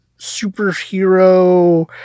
superhero